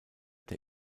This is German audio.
der